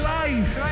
life